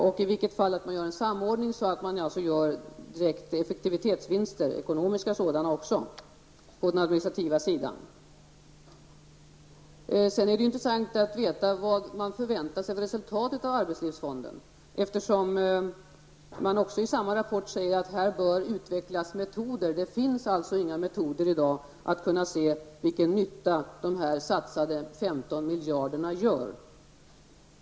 Hur som helst behövs det en samordning, så att det går att göra direkta effektivitetsvinster på den administrativa sidan, och då även kostnadsmässigt. Dessutom vore det intressant att få veta vilket resultat man förväntar sig när det gäller arbetslivsfonden. I nämnda rapport sägs det ju: Här bör utvecklas metoder. Det finns alltså inte några metoder i dag för att kunna se vilken nytta de satsade 15 miljarder kronorna gör.